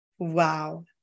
Wow